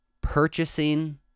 purchasing